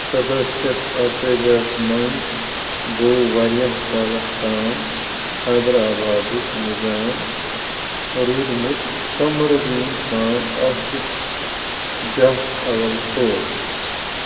سداہ شیٚتھ ارتٲجِہس منٛز گو٘و واریٛاہ کَالَس تام حیدرآبادُک نظام روٗدمُت قمر الدین خان آصف جاہ اول فوت